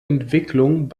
entwicklung